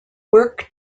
work